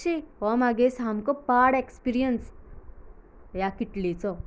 शीं हो मागे सामको पाड एक्सपिअरन्स ह्या किटलेचो